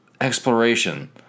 exploration